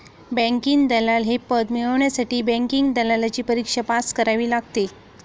banking दलाल हे पद मिळवण्यासाठी बँकिंग दलालची परीक्षा पास करावी लागते